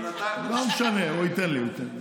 לא משנה, הוא ייתן לי, הוא ייתן לי.